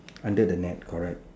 under the net correct